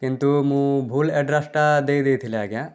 କିନ୍ତୁ ମୁଁ ଭୁଲ୍ ଆଡ୍ରେସ୍ଟା ଦେଇ ଦେଇଥିଲି ଆଜ୍ଞା